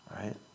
Right